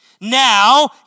Now